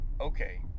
Okay